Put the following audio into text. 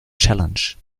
challenge